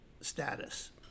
status